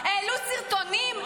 העלו סרטונים,